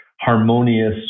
harmonious